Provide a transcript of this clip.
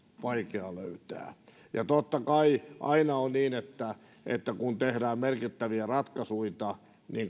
vaikea löytää totta kai aina on niin että että kun tehdään merkittäviä ratkaisuja niin